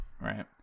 right